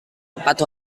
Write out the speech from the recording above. tepat